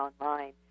online